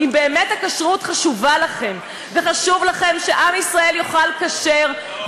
אם באמת הכשרות חשובה לכם וחשוב לכם שעם ישראל יאכל כשר,